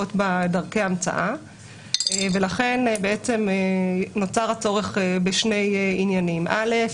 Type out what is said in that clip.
שקבועות בדרכי המצאה ולכן נוצר הצורך בשני עניינים: ראשית,